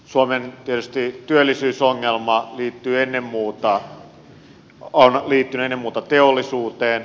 suomen työllisyysongelma on tietysti liittynyt ennen muuta teollisuuteen